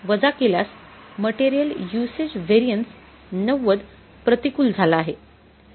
२५ वजा केल्यास material usage variance 90 प्रतिकूल झाला आहे